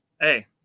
Hey